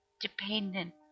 Dependent